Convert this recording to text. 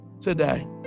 today